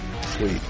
Sweet